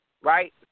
right